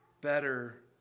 better